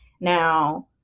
Now